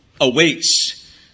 awaits